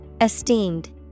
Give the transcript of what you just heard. Esteemed